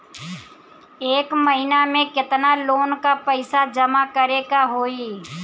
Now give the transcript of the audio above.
एक महिना मे केतना लोन क पईसा जमा करे क होइ?